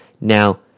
Now